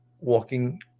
walking